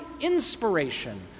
inspiration